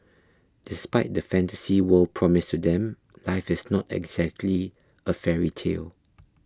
despite the fantasy world promised to them life is not exactly a fairy tale